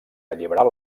alliberar